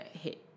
hit